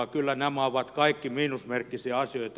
kyllä nämä ovat kaikki miinusmerkkisiä asioita